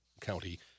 County